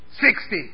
Sixty